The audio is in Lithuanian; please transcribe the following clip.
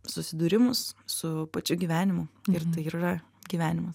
susidūrimus su pačiu gyvenimu ir tai ir yra gyvenimas